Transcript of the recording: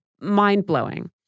mind-blowing